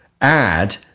add